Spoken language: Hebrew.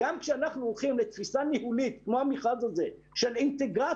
גם כאשר אנחנו הולכים לתפיסה ניהולית כמו המכרז הזה של אינטגרטור,